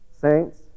Saints